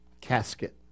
casket